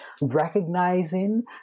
recognizing